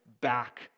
back